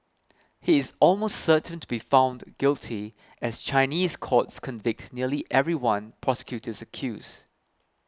he is almost certain to be found guilty as Chinese courts convict nearly everyone prosecutors accuse